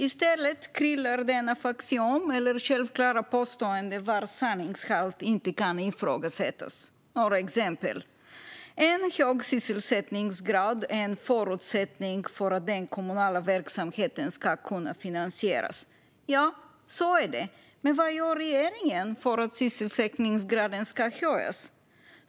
I stället kryllar den av axiom, alltså självklara påståenden vars sanningshalt inte kan ifrågasättas. Några exempel: En hög sysselsättningsgrad är en förutsättning för att den kommunala verksamheten ska kunna finansieras. Så är det, men vad gör regeringen för att sysselsättningsgraden ska höjas?